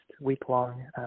week-long